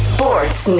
Sports